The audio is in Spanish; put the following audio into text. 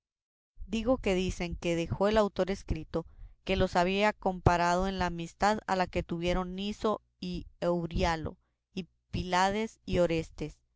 digo que dicen que dejó el autor escrito que los había comparado en la amistad a la que tuvieron niso y euríalo y pílades y orestes